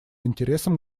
интересам